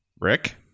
Rick